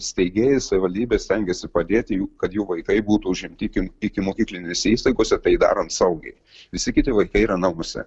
steigėjai savivaldybės stengiasi padėti jų kad jų vaikai būtų užimti iki ikimokyklinėse įstaigose tai darant saugiai visi kiti vaikai yra namuose